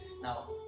Now